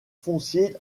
foncier